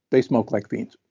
they smoke like fiends.